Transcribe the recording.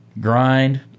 grind